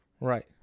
Right